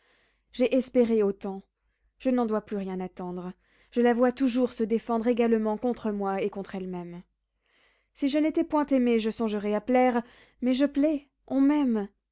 j'ai espéré au temps je n'en dois plus rien attendre je la vois toujours se défendre également contre moi et contre elle-même si je n'étais point aimé je songerais à plaire mais je plais on m'aime